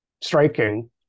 striking